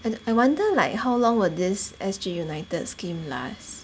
and I wonder like how long will this S_G united scheme last